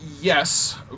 Yes